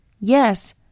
Yes